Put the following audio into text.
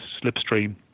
slipstream